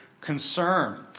concern